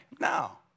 No